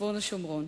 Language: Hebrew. רצוני לשאול: